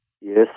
Yes